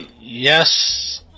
yes